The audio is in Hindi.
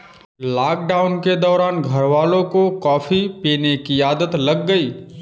लॉकडाउन के दौरान घरवालों को कॉफी पीने की आदत लग गई